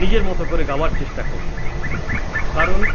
নিজের মতো করে গাওয়ার চেষ্টা করি কারণ